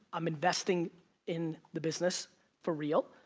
i'm investing in the business for real.